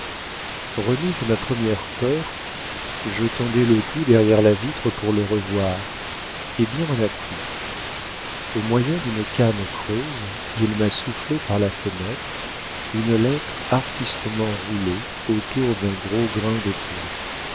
remise de ma première peur je tendais le cou derrière la vitre pour le revoir et bien m'en a pris au moyen d'une canne creuse il m'a soufflé par la fenêtre une lettre artistement roulée autour d'un gros grain de plomb